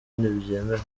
ntibyemewe